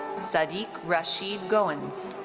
saadiz rasheed goins.